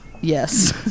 Yes